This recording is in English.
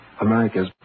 America's